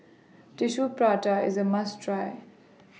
Tissue Prata IS A must Try